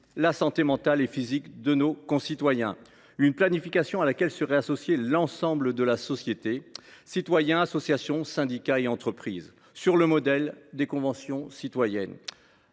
la santé mentale et physique de nos concitoyens, c’est à dire une planification à laquelle serait associé l’ensemble de la société – citoyens, associations, syndicats et entreprises –, sur le modèle des conventions citoyennes.